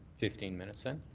fifteen minutes then?